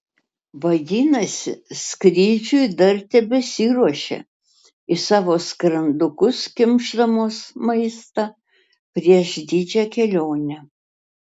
vadinasi skrydžiui dar tebesiruošia į savo skrandukus kimšdamos maistą prieš didžią kelionę